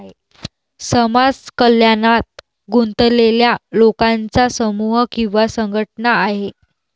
समाज कल्याणात गुंतलेल्या लोकांचा समूह किंवा संघटना आहे